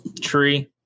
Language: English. tree